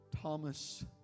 Thomas